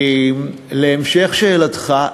להמשך שאלתך,